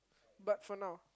but for now